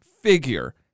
figure